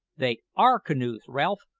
they are canoes, ralph!